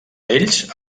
ells